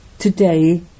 Today